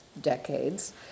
decades